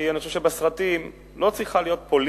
כי אני חושב שבסרטים לא צריכה להיות פוליטיקה,